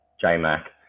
J-Mac